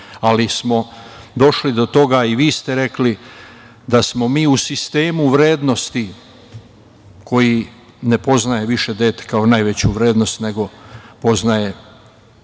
smo do toga, i vi ste rekli, da smo mi u sistemu vrednosti koji ne poznaje više dete kao najveću vrednost, nego poznaje